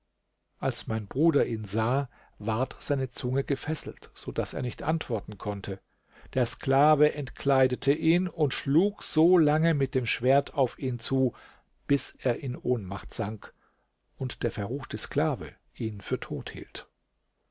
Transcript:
als mein bruder ihn sah ward seine zunge gefesselt so daß er nicht antworten konnte der sklave entkleidete ihn und schlug so lang mit dem schwert auf ihn zu bis er in ohnmacht sank und der verruchte sklave ihn für tot hielt